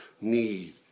need